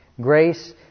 Grace